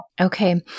Okay